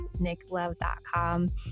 nicklove.com